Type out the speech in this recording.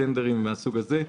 טנדרים מן הסוג הזה,